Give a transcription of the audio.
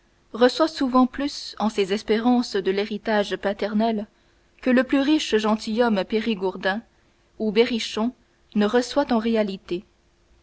reçoit souvent plus en ses espérances de l'héritage paternel que le plus riche gentilhomme périgourdin ou berrichon ne reçoit en réalité